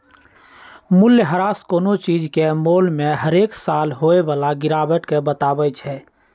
मूल्यह्रास कोनो चीज के मोल में हरेक साल होय बला गिरावट के बतबइ छइ